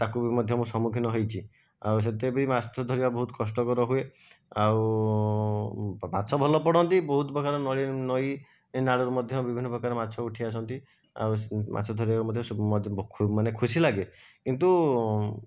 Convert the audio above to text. ତାକୁ ବି ମଧ୍ୟ ମୁଁ ସମ୍ମୁଖୀନ ହୋଇଛି ଆଉ ସେଥିରେ ବି ମାଛ ଧରିବା ବହୁତ କଷ୍ଟକର ହୁଏ ଆଉ ମାଛ ଭଲ ପଡ଼ନ୍ତି ବହୁତ ପ୍ରକାର ନଈନାଳରୁ ମଧ୍ୟ ବିଭିନ୍ନ ପ୍ରକାର ମାଛ ଉଠିଆସନ୍ତି ଆଉ ମାଛ ଧରିବାକୁ ମଧ୍ୟ ମାନେ ଖୁସି ଲାଗେ କିନ୍ତୁ